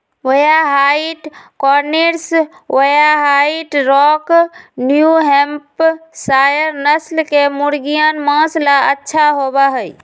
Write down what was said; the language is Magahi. white Cornish, White Rock, New Hampshire नस्ल के मुर्गियन माँस ला अच्छा होबा हई